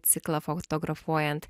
ciklą fotografuojant